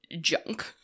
junk